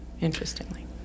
interestingly